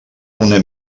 una